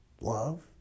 Love